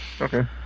Okay